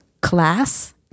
class